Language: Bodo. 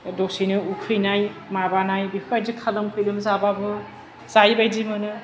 दसेनो उखैनाय माबानाय बेफोरबायदि खालाम खैलोम जाबाबो जायै बायदि मोनो